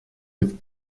with